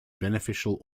beneficial